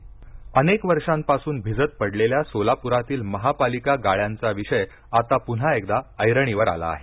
गाळे अनेक वर्षांपासून भिजत पडलेल्या सोलापुरातील महापालिका गाळ्यांचा विषय आता पुन्हा एकदा ऐरणीवर आला आहे